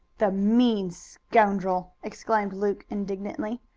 the mean scoundrel! exclaimed luke indignantly.